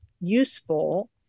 useful